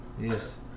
Yes